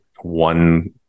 one